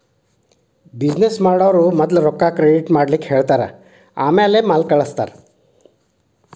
business ಮಾಡೊವ್ರು ಮದ್ಲ ರೊಕ್ಕಾ ಕ್ರೆಡಿಟ್ ಮಾಡ್ಲಿಕ್ಕೆಹೆಳ್ತಾರ ಆಮ್ಯಾಲೆ ಮಾಲ್ ಕಳ್ಸ್ತಾರ